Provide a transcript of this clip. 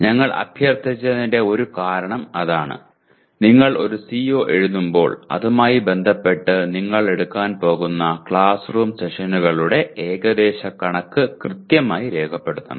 ഞങ്ങൾ അഭ്യർത്ഥിച്ചതിന്റെ ഒരു കാരണം അതാണ് നിങ്ങൾ ഒരു CO എഴുതുമ്പോൾ അതുമായി ബന്ധപ്പെട്ട് നിങ്ങൾ എടുക്കാൻ പോകുന്ന ക്ലാസ് റൂം സെഷനുകളുടെ ഏകദേശ കണക്ക് കൃത്യമായി രേഖപ്പെടുത്തണം